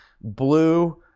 blue